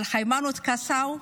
אבל היימנוט קסאו,